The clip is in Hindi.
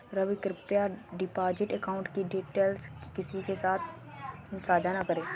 रवि, कृप्या डिपॉजिट अकाउंट की डिटेल्स किसी के साथ सांझा न करें